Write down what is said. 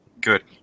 Good